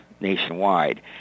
nationwide